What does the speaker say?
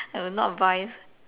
I will not buy